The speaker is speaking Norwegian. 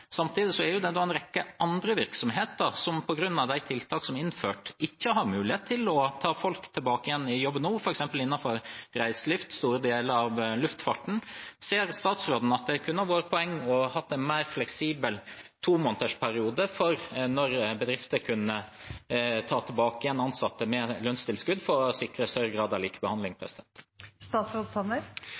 det en rekke andre virksomheter som på grunn av de tiltakene som er innført, ikke har mulighet til å ta folk tilbake nå, f.eks. innenfor reiseliv og store deler av luftfarten. Ser statsråden at det kunne ha vært et poeng å ha en mer fleksibel tomånedersperiode for når bedrifter kunne ta tilbake ansatte med lønnstilskudd, for å sikre en større grad av likebehandling?